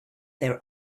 their